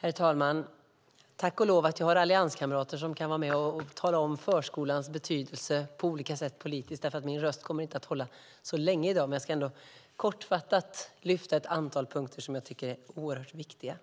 Herr talman! Tack och lov att jag har allianskamrater som kan vara med och tala om förskolans betydelse på olika sätt politiskt eftersom min röst inte kommer att hålla så länge i dag. Men jag ska ändå kortfattat lyfta fram ett antal punkter som jag tycker är oerhört viktiga.